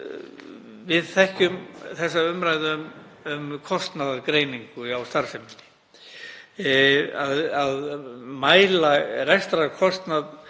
Við þekkjum umræðuna um kostnaðargreiningu á starfsemi, að mæla rekstrarkostnað